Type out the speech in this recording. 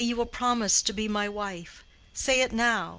say you will promise to be my wife say it now.